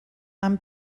amb